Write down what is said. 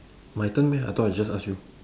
my turn meh I thought I just ask you